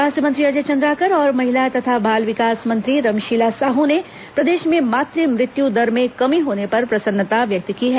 स्वास्थ्य मंत्री अजय चंद्राकर और महिला तथा बाल विकास मंत्री रमशीला साहू ने प्रदेश में मातृ मृत्यु दर में कमी होने पर प्रसन्नता व्यक्त की है